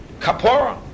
kapora